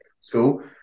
school